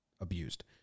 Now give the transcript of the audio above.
abused